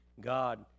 God